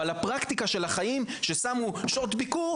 אבל הפרקטיקה של החיים ששמו שעות ביקור